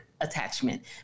attachment